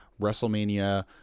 Wrestlemania